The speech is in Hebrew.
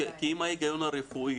אם ההיגיון הרפואי